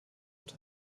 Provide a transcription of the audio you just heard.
und